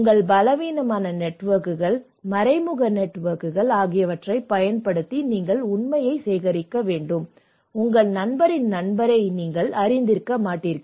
உங்கள் பலவீனமான நெட்வொர்க்குகள் மறைமுக நெட்வொர்க்குகள் ஆகியவற்றைப் பயன்படுத்தி நீங்கள் உண்மையில் சேகரிக்க வேண்டும் உங்கள் நண்பரின் நண்பரை நீங்கள் அறிந்திருக்க மாட்டீர்கள்